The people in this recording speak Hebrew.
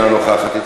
אינה נוכחת,